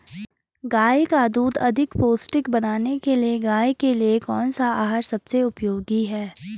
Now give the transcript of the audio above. गाय का दूध अधिक पौष्टिक बनाने के लिए गाय के लिए कौन सा आहार सबसे उपयोगी है?